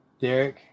Derek